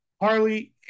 harley